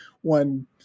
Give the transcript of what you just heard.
one